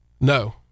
No